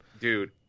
Dude